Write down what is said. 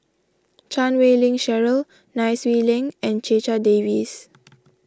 Chan Wei Ling Cheryl Nai Swee Leng and Checha Davies